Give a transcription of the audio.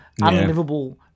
unlivable